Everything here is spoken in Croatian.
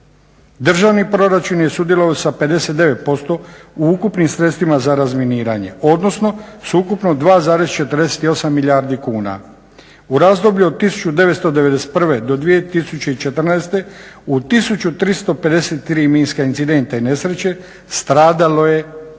državni proračun je sudjelovao sa 59% u ukupnim sredstvima za razminiranje odnosno s ukupno 2,48 milijardi kuna. U razdoblju od 1991.-2014.u 1353 minska incidenta i nesreće stradalo je nažalost